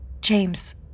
James